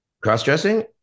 Cross-dressing